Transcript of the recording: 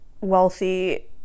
wealthy